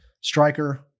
striker